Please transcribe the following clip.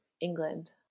England